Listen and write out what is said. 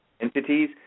entities